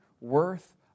worth